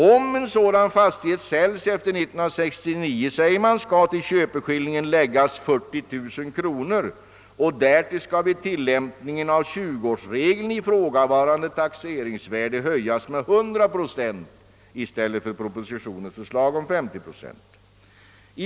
Om en sådan fastighet säljes efter 1969, säger man, skall till köpeskillingen läggas 40 000 kronor och därtill skall vid tillämpning av 20 årsregeln ifrågavarande taxeringsvärde höjas med 100 procent i stället för, enligt propositionens förslag, 50 procent.